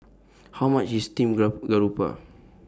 How much IS Steamed Garoupa